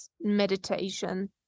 meditation